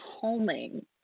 calming